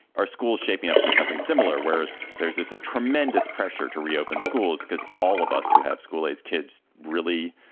are schools shaping up to be something similar where there's this a tremendous pressure to reopen schools? because all of us who have school age kids really,